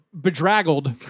bedraggled